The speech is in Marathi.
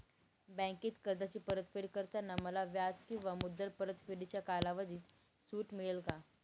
बँकेत कर्जाची परतफेड करताना मला व्याज किंवा मुद्दल परतफेडीच्या कालावधीत सूट मिळेल का?